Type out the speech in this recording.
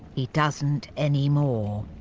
he doesn't anymore.